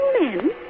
men